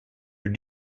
are